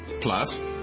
Plus